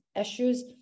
issues